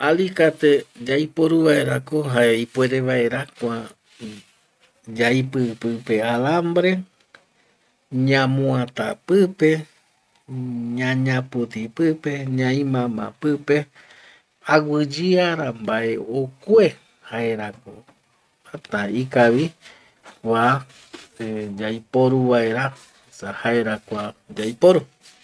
Alikate yaiporu vaerko jae ipuere vaera kua yaipi pipe alambre, ñamuata pipe, ñañaputi pipe, ñaimama pipe aguiyeara mbae okue, jaerako täta ikavi kua yaiporu vaera esa jaera kua yaiporu